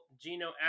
Geno